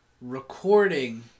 recording